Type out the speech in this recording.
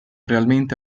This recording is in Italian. realmente